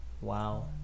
Wow